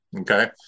okay